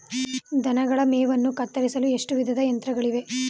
ದನಗಳ ಮೇವನ್ನು ಕತ್ತರಿಸಲು ಎಷ್ಟು ವಿಧದ ಯಂತ್ರಗಳಿವೆ?